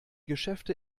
geschäfte